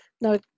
No